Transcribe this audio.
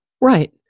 Right